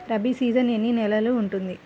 Rabi season ఎన్ని నెలలు ఉంటుంది?